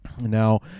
now